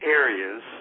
areas